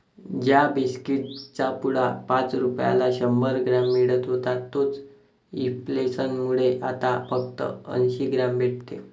ज्या बिस्कीट चा पुडा पाच रुपयाला शंभर ग्राम मिळत होता तोच इंफ्लेसन मुळे आता फक्त अंसी ग्राम भेटते